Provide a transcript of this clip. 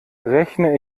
rechne